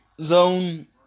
zone